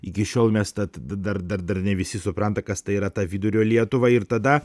iki šiol mes tą tdd dar dar ne visi supranta kas tai yra ta vidurio lietuva ir tada